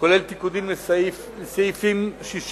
כולל תיקונים לסעיפים 60